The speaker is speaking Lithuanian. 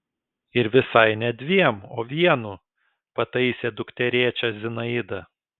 ir visai ne dviem o vienu pataisė dukterėčią zinaida